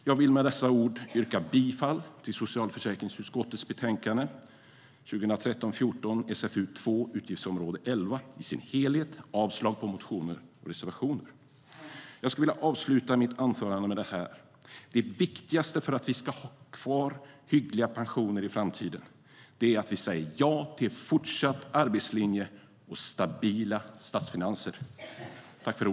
Jag vill med dessa ord yrka bifall till socialförsäkringsutskottets förslag i betänkande 2013 p>Jag skulle vilja avsluta mitt anförande med detta: Det viktigaste för att vi ska ha kvar hyggliga pensioner i framtiden är att vi säger ja till en fortsatt arbetslinje och stabila statsfinanser.